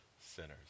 sinners